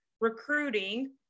recruiting